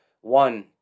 one